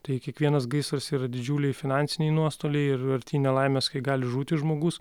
tai kiekvienas gaisras yra didžiuliai finansiniai nuostoliai ir arti nelaimės kai gali žūti žmogus